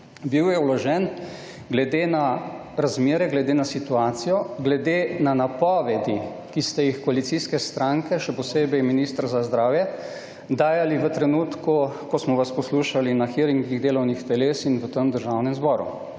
Bil je vložen glede na razmere, glede na situacijo, glede na napovedi, ki ste jih koalicijske stranke, še posebej minister za zdravje, dajale v trenutku, ko smo vas poslušali na hearingih delovnih teles in v Državnem zboru,